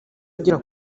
agera